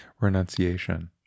renunciation